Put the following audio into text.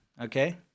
okay